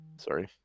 sorry